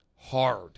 Hard